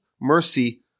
mercy